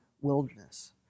wilderness